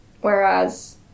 whereas